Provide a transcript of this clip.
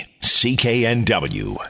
CKNW